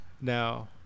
Now